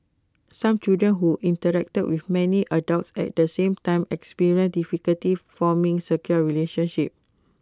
some children who interact with many adults at the same time experience difficulties forming secure relationships